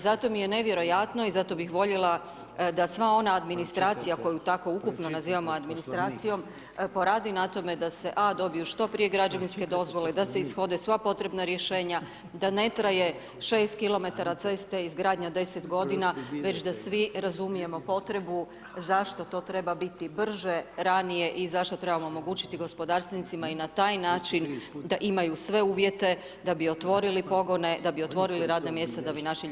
Zato mi je nevjerojatno i zato bih voljela da sva ona administracija koju tako ukupno nazivamo administracijom poradi na tome da se a) dobiju što prije građevinske dozvole, da se ishode sva potrebna rješenja, da ne traje 6km ceste izgradnja 10 godina već da svi razumijemo potrebu zašto to treba biti brže, ranije i zašto trebamo omogućiti gospodarstvenicima i na taj način da imaju sve uvjete da bi otvorili pogone, da bi otvorili radna mjesta da bi naši ljudi tamo ostali.